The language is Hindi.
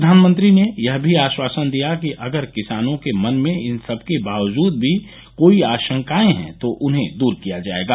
प्रधानमंत्री ने यह भी आश्वासन दिया कि अगर किसानों के मन में इन सबके बावजूद भी कोई आशंकाएं हैं तो उन्हें दूर किया जाएगा